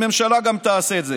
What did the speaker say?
הממשלה גם תעשה את זה.